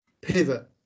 pivot